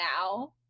now